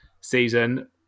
season